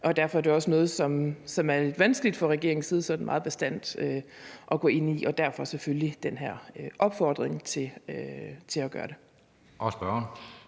derfor er det også noget, som det er lidt vanskeligt fra regeringens side sådan meget bastant at gå ind i. Og derfor er der selvfølgelig den her opfordring til at gøre det.